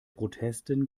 protesten